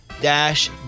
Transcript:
dash